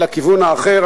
לכיוון האחר.